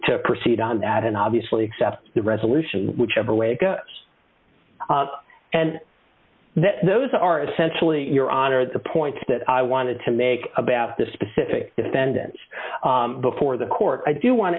to proceed on that and obviously accept the resolution whichever way it goes and those are essentially your honor the points that i wanted to make about the specific defendants before the court i do want to